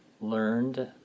learned